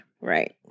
Right